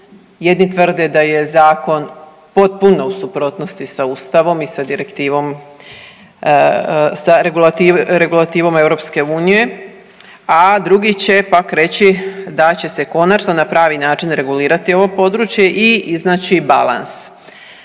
Jedni tvrde da je zakon potpuno u suprotnosti sa Ustavom i sa direktivom, sa regulativom EU, a drugi će pak reći da će se konačno na pravi način regulirati ovo područje i iznaći balans.